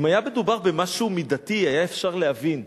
אם היה מדובר במשהו מידתי אפשר היה להבין.